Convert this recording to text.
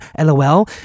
LOL